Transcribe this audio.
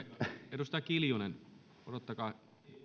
edustaja kiljunen odottakaa teillä on